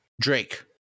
Drake